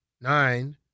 Nine